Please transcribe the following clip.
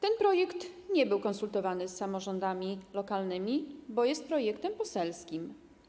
Ten projekt nie był konsultowany z samorządami lokalnymi, bo jest projektem poselskim.